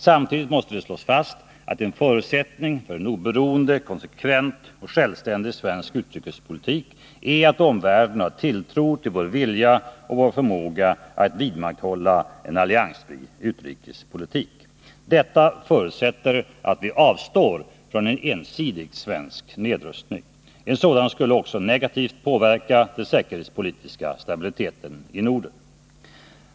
Samtidigt måste det slås fast att en förutsättning för en oberoende, konsekvent och självständig svensk utrikespolitik är att omvärlden har tilltro till vår vilja och vår förmåga att vidmakthålla en alliansfri utrikespolitik. Detta förutsätter att vi avstår från en ensidig svensk nedrustning. En sådan skulle också negativt påverka den säkerhetspolitiska stabiliteten i Norden.